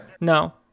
No